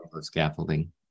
Scaffolding